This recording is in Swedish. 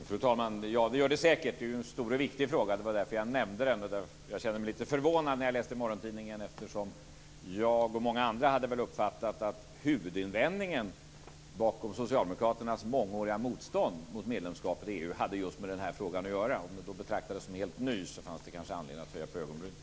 Fru talman! Ja, det gör det säkert. Det är ju en stor och viktig fråga. Det var därför jag nämnde den. Jag kände mig lite förvånad när jag läste morgontidningen eftersom jag och många andra väl hade uppfattat att huvudinvändningen bakom socialdemokraternas mångåriga motstånd mot medlemskapet i EU hade just med den här frågan att göra. Om den då betraktades som helt ny fanns det kanske anledning att höja på ögonbrynen.